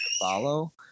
follow